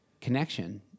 connection